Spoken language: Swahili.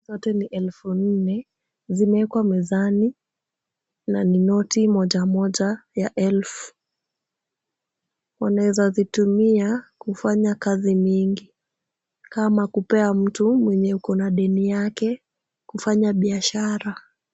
Zote ni elfu nne. Zimewekwa mezani na ni noti moja moja ya elfu. Wanaweza zitumia kufanya kazi nyingi. Kama kupea mtu mwenye uko na deni yake. Kufanya biashara.